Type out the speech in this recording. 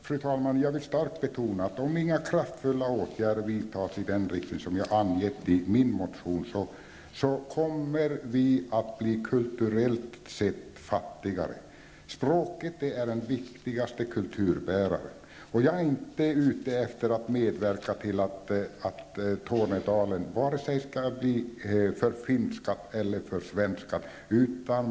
Fru talman! Jag vill starkt betona att om inga kraftfulla åtgärder vidtas i den riktning som jag har angett i min motion, kommer vi att bli kulturellt sett fattigare. Språket är den viktigaste kulturbäraren. Jag är inte ute efter att medverka till att Tornedalen skall bli förfinskat eller försvenskat.